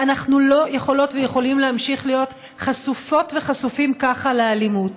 אנחנו לא יכולות ויכולים להמשיך להיות חשופות וחשופים ככה לאלימות.